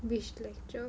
which lecture